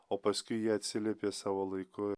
o paskui jie atsiliepė savo laiku